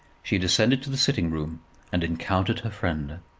she descended to the sitting-room and encountered her friend.